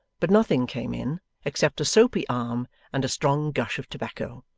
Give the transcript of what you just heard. but nothing came in except a soapy arm and a strong gush of tobacco.